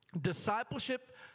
Discipleship